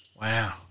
Wow